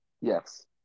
Yes